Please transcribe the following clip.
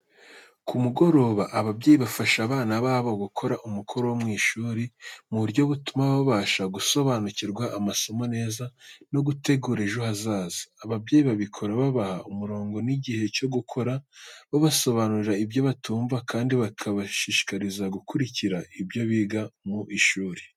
Ku mugoroba, ababyeyi bafasha abana babo gukora umukoro wo mu ishuri mu buryo butuma babasha gusobanukirwa amasomo neza no gutegura ejo hazaza. Ababyeyi babikora babaha umurongo n’igihe cyo gukora, babasobanurira ibyo batumva, kandi bakabashishikariza gukurikira ibyo biga mu ishuri.